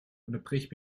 unterbrich